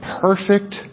perfect